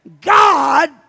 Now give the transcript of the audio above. God